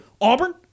Auburn